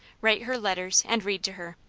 write her letters, and read to her.